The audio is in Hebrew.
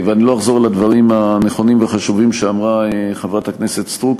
אני לא אחזור על הדברים הנכונים והחשובים שאמרה חברת הכנסת סטרוק,